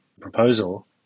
proposal